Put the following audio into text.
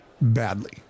badly